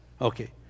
Okay